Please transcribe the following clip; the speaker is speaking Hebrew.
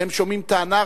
הם שומעים טענה,